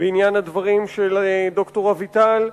בעניין הדברים של ד"ר אביטל,